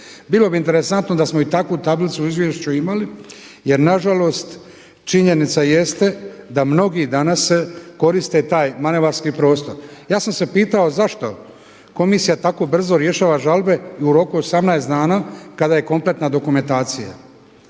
Bilo bi interesantno da smo i takvu tablicu u izvješću imali jer nažalost činjenica jeste da mnogi danas koriste taj manevarski prostor. Ja sam se pitao zašto komisija tako brzo rješava žalbe i u roku od 18 dana kada je kompletna dokumentacija.